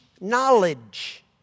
knowledge